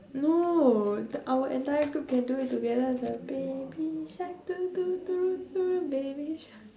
no our entire group can do it together like baby shark do do do do baby shark